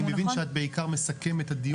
אני מבין שאת בעיקר מסכמת את הדיון.